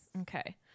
Okay